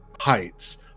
heights